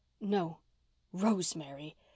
No—Rosemary